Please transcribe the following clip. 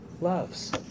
loves